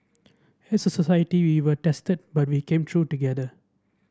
as a society we were tested but we came through together